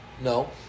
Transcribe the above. No